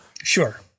Sure